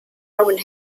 roman